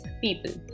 people